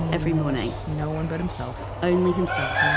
and every morning? no one but himself only himself. yeah